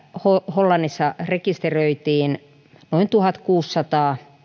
hollannissa rekisteröitiin noin tuhatkuusisataa